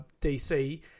DC